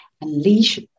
Unleash